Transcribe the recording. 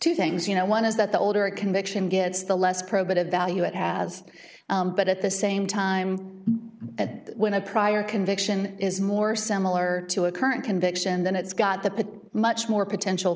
two things you know one is that the older a conviction gets the less probative value it has but at the same time that when a prior conviction is more similar to a current conviction then it's got the much more potential